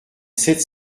sept